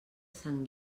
sant